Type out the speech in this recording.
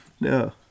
No